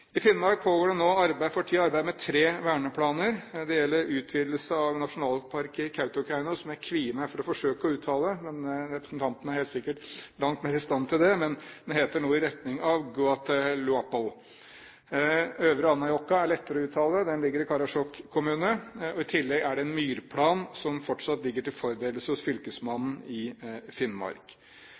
I Finnmark pågår det for tiden et arbeid med tre verneplaner. Det gjelder utvidelse av en nasjonalpark i Kautokeino, som jeg kvier meg for å forsøke å uttale navnet på. Representanten er helt sikkert langt mer i stand til det, men den heter noe i retning av Goahteluoppal. Øvre Anárjohka er lettere å uttale. Den ligger i Karasjok kommune. I tillegg er det en myrplan, som fortsatt ligger til forberedelse hos fylkesmannen i Finnmark.